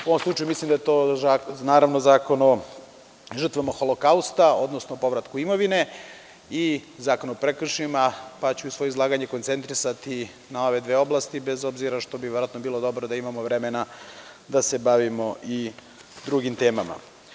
U ovom slučaju mislim da je to, naravno, Zakon o žrtvama Holokausta, odnosno povratku imovine i Zakon o prekršajima, pa ću svoje izlaganje koncentrisati na ove dve oblasti, bez obzira što bi verovatno bilo dobro da imamo vremena da se bavimo i drugim temama.